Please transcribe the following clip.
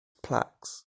plaques